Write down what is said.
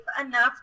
enough